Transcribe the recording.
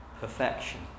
perfection